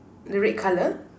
the red colour